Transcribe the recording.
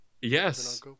Yes